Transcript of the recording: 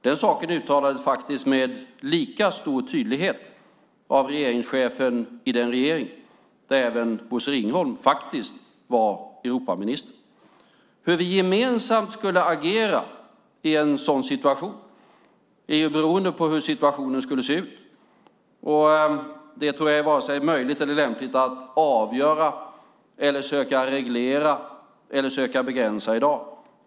Den saken uttalades med lika stor tydlighet av regeringschefen i den regering där Bosse Ringholm faktiskt var Europaminister. Hur vi gemensamt skulle agera i en sådan situation beror på hur situationen då såg ut. Det tror jag är varken möjligt eller lämpligt att avgöra eller att söka reglera eller begränsa i dag.